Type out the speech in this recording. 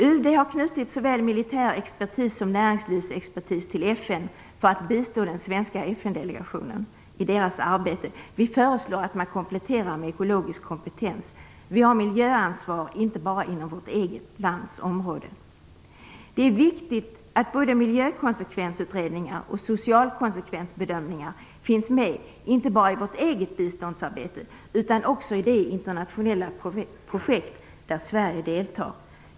UD har knutit såväl militär expertis som näringslivsexpertis till FN för att bistå den svenska FN delegationen i arbetet. Vi föreslår att man kompletterar med ekologisk kompetens. Vi har miljöansvar inte bara inom vårt eget lands område. Det är viktigt att både miljökonsekvensutredningar och socialkonsekvensbedömningar finns med inte bara i vårt eget biståndsarbete utan också i de internationella projekt där Sverige deltar.